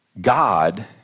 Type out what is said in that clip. God